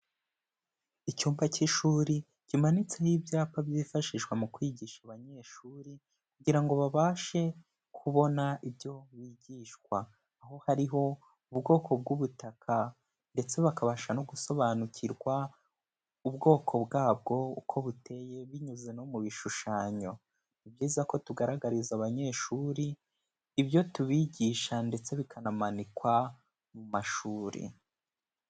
Icyumba cy'ishuri kimanitseho ibyapa byifashishwa mu kwigisha abanyeshuri kugira ngo babashe kubona ibyo bigishwa, aho hariho ubwoko bw'ubutaka ndetse bakabasha no gusobanukirwa ubwoko bwabwo uko buteye binyuze no mu bishushanyo, ni byiza ko tugaragariza abanyeshuri ibyo tubigisha ndetse bikanamanikwa mu mashuri.